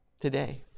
today